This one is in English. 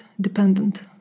dependent